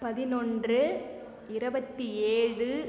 பதினொன்று இருபத்தி ஏழு